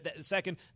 second